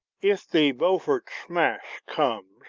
if the beaufort smash comes,